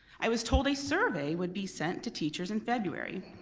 i was told a survey would be sent to teachers in february.